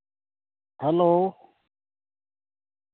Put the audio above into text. hello